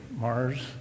mars